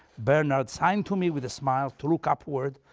bernard signed to me with a smile to look upward,